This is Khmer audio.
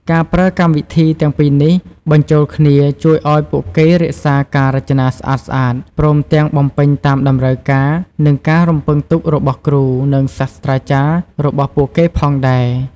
ការប្រើកម្មវិធីទាំងពីរនេះបញ្ចូលគ្នាជួយពួកគេឱ្យរក្សាការរចនាស្អាតៗ ព្រមទាំងបំពេញតាមតម្រូវការ និងការរំពឹងទុករបស់គ្រូ និងសាស្ត្រចារ្យរបស់ពួកគេផងដែរ។